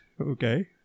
Okay